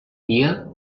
dia